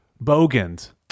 bogans